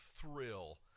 thrill